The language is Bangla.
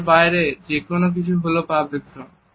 এর বাইরে যে কোনো কিছু হলো পাবলিক জোন